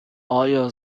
آیا